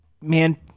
man